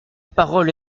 parole